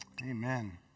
Amen